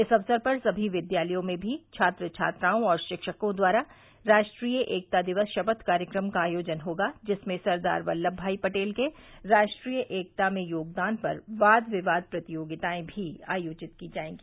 इस अवसर पर समी विद्यालयों में भी छात्र छात्राओं और शिक्षकों द्वारा राष्ट्रीय एकता दिवस शपथ कार्यक्रम का आयोजन होगा जिसमें सरदार वल्लम भाई पटेल के राष्ट्रीय एकता में योगदान पर वाद विवाद प्रतियोगिताएं भी आयोजित की जायेंगी